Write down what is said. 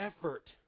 effort